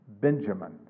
Benjamin